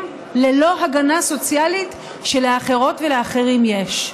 ללא הגנה סוציאלית שלאחרות ולאחרים יש.